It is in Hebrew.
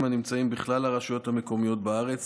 הנמצאים בכלל הרשויות המקומיות בארץ